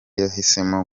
yahisemo